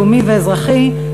לאומי ואזרחי,